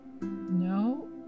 No